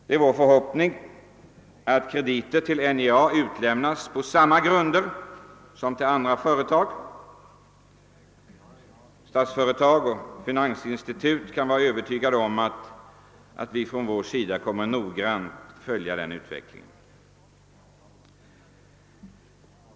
Det är vår förhoppning att krediter till Norrbottens järnverk uträknas på samma grunder som till andra företag; Statsföretag AB och finansinstituten kan vara övertygade om att vi noggrant kommer att följa den utvecklingen.